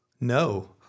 No